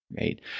right